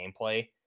gameplay